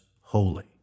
holy